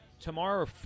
tomorrow